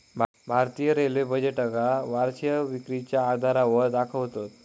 भारतीय रेल्वे बजेटका वर्षीय विक्रीच्या आधारावर दाखवतत